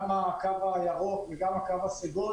גם הקו הירוק וגם הקו הסגול